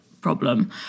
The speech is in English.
problem